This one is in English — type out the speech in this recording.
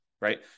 Right